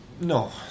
no